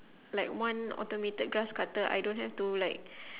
like one automated grass cutter I don't have to like